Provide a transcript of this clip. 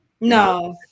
No